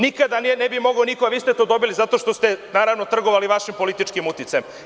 Nikada ne bi mogao niko, a vi ste dobili zato što ste trgovali vašim političkim uticajem.